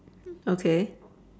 okay